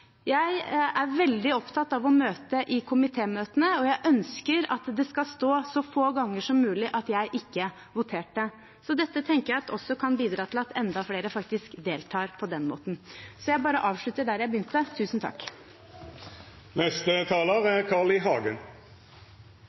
Jeg er veldig opptatt av å møte i komitémøtene, og jeg ønsker at det så få ganger som mulig skal stå at jeg ikke voterte. Så dette tenker jeg også kan bidra til at enda flere faktisk deltar på den måten. Så jeg bare avslutter der jeg begynte: Tusen takk. Jeg var ikke kjent med denne debatten i